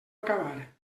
acabar